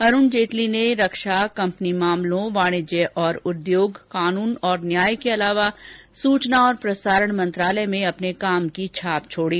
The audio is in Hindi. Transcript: अरुण जेटली ने रक्षा कम्पनी मामलों वाणिज्य और उद्योग कानून और न्याय के अलावा सूचना और प्रसारण मंत्रालय में अपने काम की छाप छोड़ी